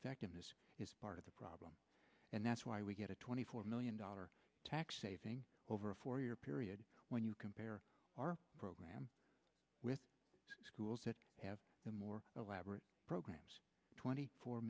effectiveness is part of the problem and that's why we get a twenty four million dollar tax saving over a four year period when you compare our program with schools that have more elaborate programs twenty four